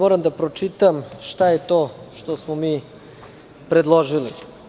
Moram da pročitam šta je to što smo mi predložili.